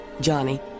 Johnny